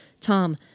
Tom